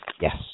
Yes